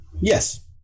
yes